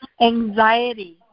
anxiety